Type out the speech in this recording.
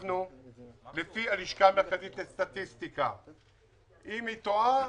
לפי הלשכה המרכזית לסטטיסטיקה אם היא טועה,